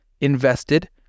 invested